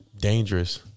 dangerous